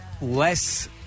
less